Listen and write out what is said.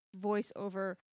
voiceover